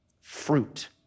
Fruit